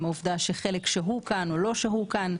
עם העובדה שחלק שהו כאן או לא שהו כאן.